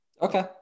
Okay